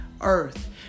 earth